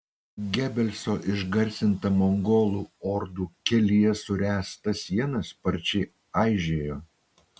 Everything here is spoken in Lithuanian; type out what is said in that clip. gebelso išgarsinta mongolų ordų kelyje suręsta siena sparčiai aižėjo